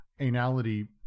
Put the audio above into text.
anality